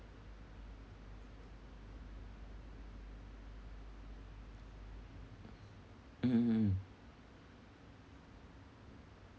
mm mm mm